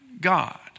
God